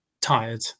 tired